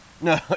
No